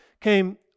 came